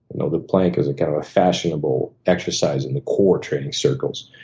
you know the plank is kind of a fashionable exercise in the core training circles.